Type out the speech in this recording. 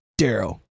daryl